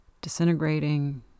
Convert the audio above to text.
disintegrating